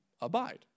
abide